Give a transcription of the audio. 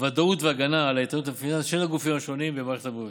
ודאות והגנה על האיתנות הפיננסית של הגופים השונים במערכת הבריאות.